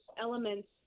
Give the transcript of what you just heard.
elements